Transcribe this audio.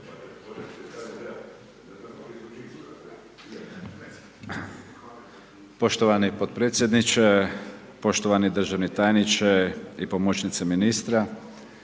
poštovani potpredsjedniče, poštovani državni tajniče, pomoćnice ministra,